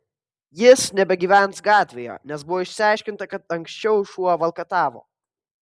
jis nebegyvens gatvėje nes buvo išsiaiškinta kad anksčiau šuo valkatavo